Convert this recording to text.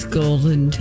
golden